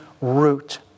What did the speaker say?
root